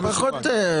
אז למה הכסף הזה?